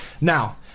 now